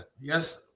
yes